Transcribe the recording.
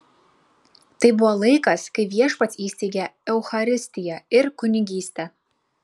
tai buvo laikas kai viešpats įsteigė eucharistiją ir kunigystę